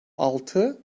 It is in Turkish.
altı